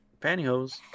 pantyhose